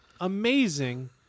amazing